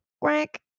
Quack